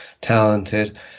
talented